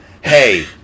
Hey